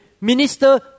minister